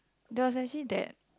there was actually that